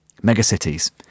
megacities